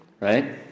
Right